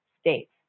States